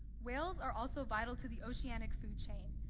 whales are also vital to the oceanic food chain,